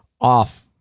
off